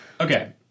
Okay